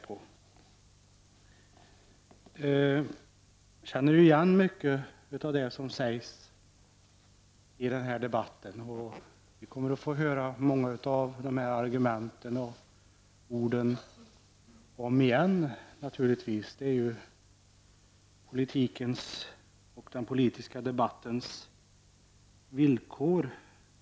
Jag känner igen mycket av det som sägs i denna debatt, och vi kommer naturligtvis att få höra många av de här orden och argumenten om igen; det är ju ofta politikens och den politiska debattens villkor.